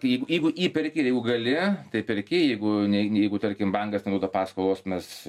jei jeigu įperki ir jeigu gali tai perki jeigu ne jeigu tarkim bankas neduoda paskolos mes